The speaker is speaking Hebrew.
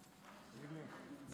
בלי